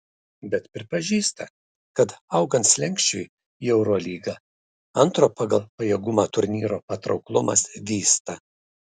bet pripažįsta kad augant slenksčiui į eurolygą antro pagal pajėgumą turnyro patrauklumas vysta